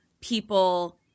people